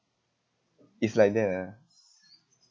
it's like that lah